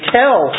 tell